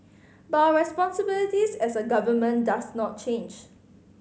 but our responsibilities as a government does not change